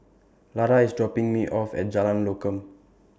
Larae IS dropping Me off At Jalan Lokam